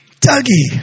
Dougie